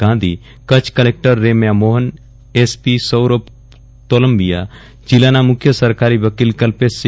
Gandhi Kutch collector Remya Mohan SP Saurabh Tolumbia જિલ્લાના મુખ્ય સરકારી વકીલ કલ્પેશ સી